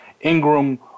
Ingram